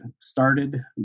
started